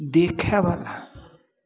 देखयवला